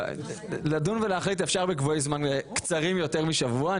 לדון ולהחליט אפשר בקבועי זמן קצרים יותר משבוע.